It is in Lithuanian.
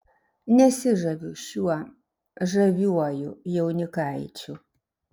nesižaviu šiuo žaviuoju jaunikaičiu